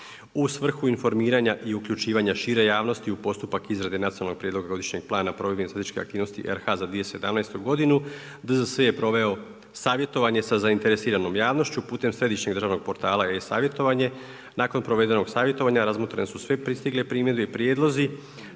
U svrhu informiranja i uključivanja šire javnosti u postupak izrade Nacionalnog prijedloga godišnjeg plana provedbenih statističkih aktivnosti RH za 2017. godinu, DZS je proveo savjetovanje sa zainteresiranom javnošću putem Središnjeg državnog portala e-savjetovanje. Nakon provedenog savjetovanja razmotrene su sve pristigle primjedbe i prijedlozi